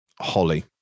Holly